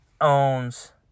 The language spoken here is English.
owns